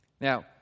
Now